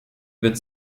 wird